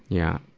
yeah.